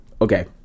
Okay